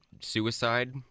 suicide